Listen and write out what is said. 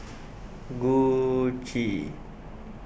Gucci